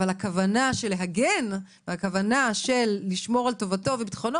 אבל הכוונה להגן ולשמור על טובתו ועל ביטחונו